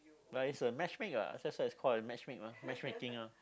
but it's a match-make uh that's why it's called a match-make mah match-making uh